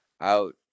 out